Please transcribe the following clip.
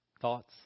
thoughts